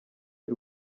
y’u